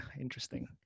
Interesting